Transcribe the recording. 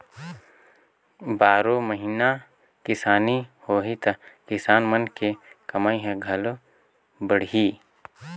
बारो महिना किसानी होही त किसान मन के कमई ह घलो बड़ही